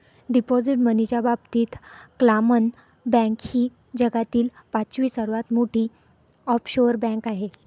deposit मनीच्या बाबतीत क्लामन बँक ही जगातील पाचवी सर्वात मोठी ऑफशोअर बँक आहे